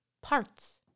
parts